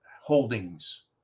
holdings